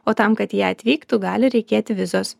o tam kad jie atvyktų gali reikėti vizos